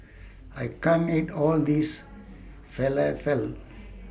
I can't eat All This Falafel